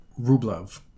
Rublev